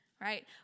right